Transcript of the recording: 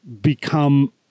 become